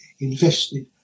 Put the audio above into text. invested